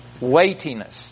Weightiness